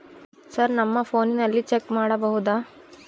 Sir ನಮ್ಮ ಫೋನಿನಲ್ಲಿ check ಮಾಡಬಹುದಾ?